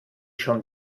schon